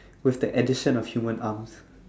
with the addition of human arms